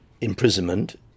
imprisonment